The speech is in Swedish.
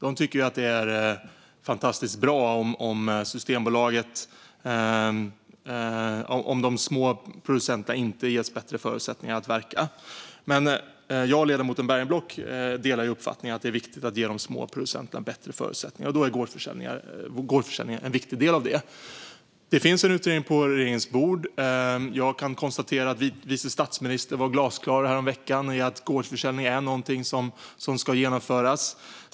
De tycker att det är fantastiskt bra om de små producenterna inte ges bättre förutsättningar att verka. Jag och ledamoten Bergenblock delar dock uppfattningen att det är viktigt att ge de små producenterna bättre förutsättningar, och då är gårdsförsäljning en viktig del i det. Det finns en utredning på regeringens bord, och vice statsministern var glasklar häromveckan med att gårdsförsäljning ska genomföras.